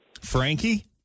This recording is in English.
Frankie